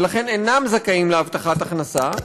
ולכן הם אינם זכאים להבטחת הכנסה,